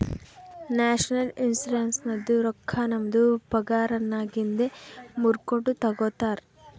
national ಇನ್ಶುರೆನ್ಸದು ರೊಕ್ಕಾ ನಮ್ದು ಪಗಾರನ್ನಾಗಿಂದೆ ಮೂರ್ಕೊಂಡು ತಗೊತಾರ್